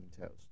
toast